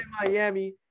Miami